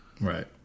Right